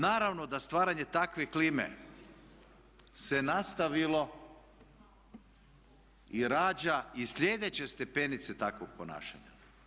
Naravno da stvaranje takve klime se nastavilo i rađa i slijedeće stepenice takvog ponašanja.